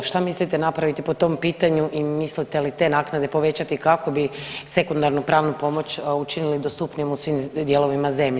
Šta mislite napraviti po tom pitanju i mislite li te naknade povećati kako bi sekundarnu pravnu pomoć učinili dostupniju u svim dijelovima zemlje?